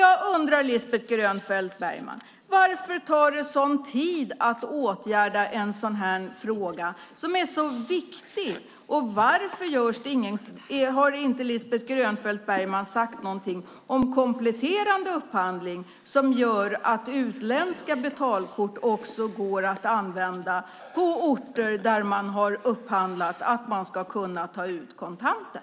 Jag undrar, Lisbeth Grönfeldt Bergman, varför det tar sådan tid att åtgärda en sådan här fråga som är så viktig, och varför har hon inte sagt något om kompletterande upphandling, så att utländska betalkort också går att använda på orter där man har upphandlat att man ska kunna ta ut kontanter?